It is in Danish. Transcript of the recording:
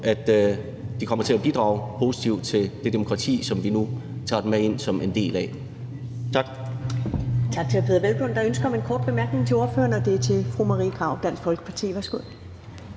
at de kommer til at bidrage positivt til det demokrati, som vi nu tager dem med ind i, og som de nu